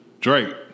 Drake